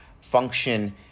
function